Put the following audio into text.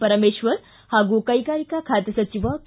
ಪರಮೇಶ್ವರ್ ಹಾಗೂ ಕ್ಕೆಗಾರಿಕಾ ಖಾತೆ ಸಚಿವ ಕೆ